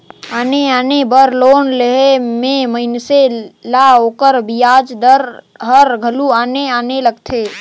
आने आने बर लोन लेहई में मइनसे ल ओकर बियाज दर हर घलो आने आने लगथे